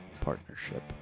partnership